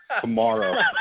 tomorrow